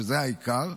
שזה העיקר,